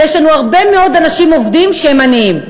ויש לנו הרבה מאוד אנשים עובדים שהם עניים.